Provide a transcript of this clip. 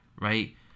right